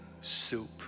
soup